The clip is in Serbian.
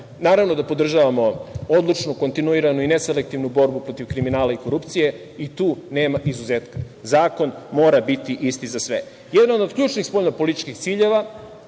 naravno da podržavamo odlučnu kontinuiranu i neselektivnu borbu protiv kriminala i korupcije i tu nema izuzetka. Zakon mora biti isti za sve. Jedan od ključnih spoljnopolitičkih ciljeva,